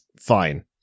fine